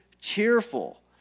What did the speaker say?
cheerful